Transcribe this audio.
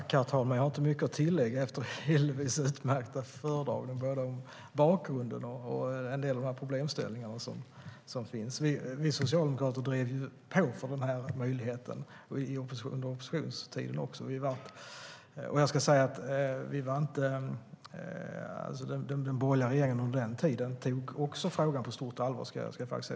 Herr talman! Jag har inte så mycket att tillägga efter Hillevi Larssons utmärkta föredragning, både av bakgrunden och av en del av de problemställningar som finns. Vi socialdemokrater drev ju på för den här möjligheten under vår oppositionstid, och jag ska säga att även den borgerliga regeringen under den tiden tog frågan på stort allvar.